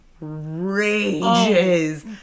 rages